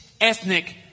Ethnic